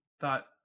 thought